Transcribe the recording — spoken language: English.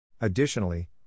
Additionally